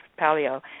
paleo